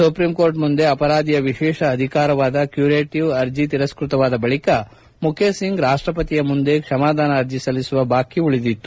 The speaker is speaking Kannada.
ಸುಪ್ರೀಂ ಕೋರ್ಟ್ ಮುಂದೆ ಅಪರಾಧಿಯ ವಿಶೇಷ ಅಧಿಕಾರವಾದ ಕ್ನೂರೇಟವ್ ಅರ್ಜ ತಿರಸ್ತತವಾದ ಬಳಿಕ ಮುಖೇಶ್ ಸಿಂಗ್ ರಾಷ್ಷಪತಿಯ ಮುಂದೆ ಕ್ರಮಾದಾನ ಅರ್ಜಿ ಸಲ್ಲಿಸುವ ಬಾಕಿ ಉಳಿದಿತ್ತು